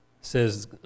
says